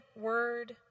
Word